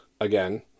again